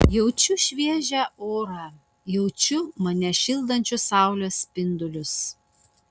jaučiu šviežią orą jaučiu mane šildančius saulės spindulius